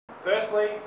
Firstly